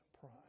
pride